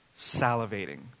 salivating